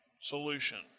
solution